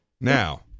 Now